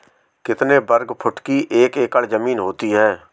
कितने वर्ग फुट की एक एकड़ ज़मीन होती है?